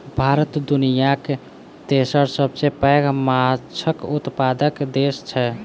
भारत दुनियाक तेसर सबसे पैघ माछक उत्पादक देस छै